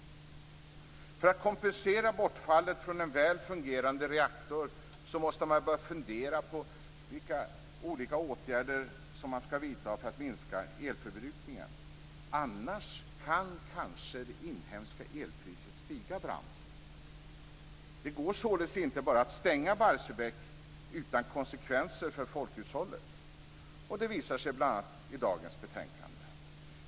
För att kompensera bortfallet från en väl fungerande reaktor måste man börja fundera på vilka olika åtgärder som man skall vidta för att minska elförbrukningen - annars kan det inhemska elpriset kanske stiga brant. Det går således inte bara att stänga Barsebäck utan konsekvenser för folkhushållet. Det visar sig bl.a. i dagens betänkande.